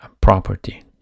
property